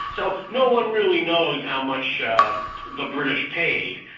so no-one really knows how much the british paid,